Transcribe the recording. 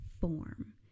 form